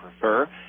prefer